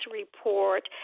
report